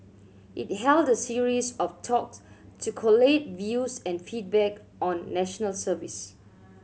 it held a series of talks to collate views and feedback on National Service